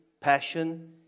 passion